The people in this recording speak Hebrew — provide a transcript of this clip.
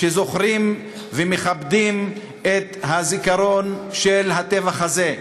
שזוכרים ומכבדים את זיכרון הטבח הזה.